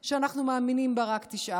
שאנחנו מאמינים בה רק 18%,